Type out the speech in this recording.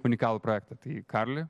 unikalų projektą tai karli